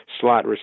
slot